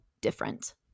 different